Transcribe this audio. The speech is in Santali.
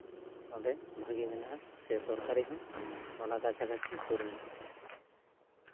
ᱚᱸᱰᱮ ᱵᱷᱟᱜᱮ ᱢᱮᱱᱟᱜᱼᱟ ᱥᱮ ᱥᱚᱨᱠᱟᱨᱤ ᱦᱚᱸ ᱚᱱᱟ ᱠᱟᱪᱷᱟ ᱠᱟᱪᱷᱤ ᱥᱩᱨ ᱢᱮᱱᱟᱜᱼᱟ